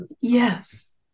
Yes